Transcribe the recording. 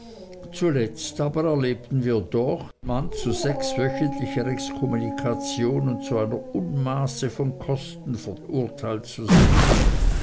zuletzt erlebten wir aber doch den mann zu sechswöchentlicher exkommunikation und zu einer unmasse von kosten verurteilt zu sehen